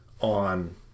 on